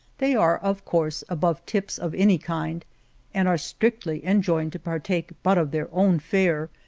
they are, of course, above tips of any kind and are strictly enjoined to partake but of their own fare,